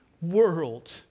world